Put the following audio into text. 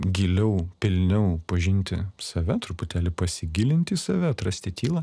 giliau pilniau pažinti save truputėlį pasigilint į save atrasti tylą